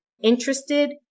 interested